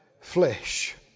Flesh